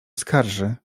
skarży